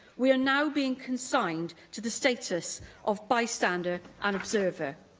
we are now being consigned to the status of bystander and observer.